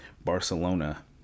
Barcelona